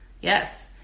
yes